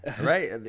right